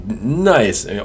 nice